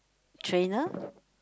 trainer